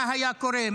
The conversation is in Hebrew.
מה היה קורה,